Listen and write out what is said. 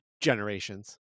Generations